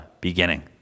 beginning